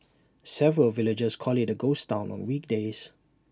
several villagers call IT A ghost Town on weekdays